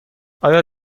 آیا